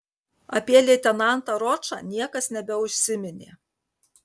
apie leitenantą ročą niekas nebeužsiminė